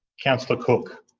councillor cook